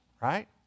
right